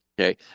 Okay